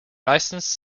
licensed